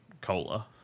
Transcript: cola